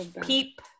peep